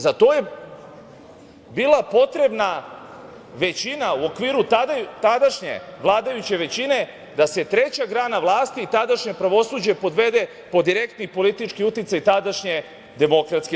Za to je bila potrebna većina u okviru tadašnje vladajuće većine da se treća grana vlasti, tadašnje pravosuđe podvede pod direktni politički uticaj tadašnje DS.